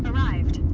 arrived